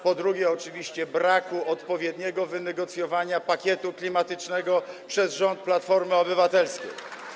Po drugie, oczywiście braku odpowiedniego wynegocjowania pakietu klimatycznego przez rząd Platformy Obywatelskiej.